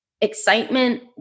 excitement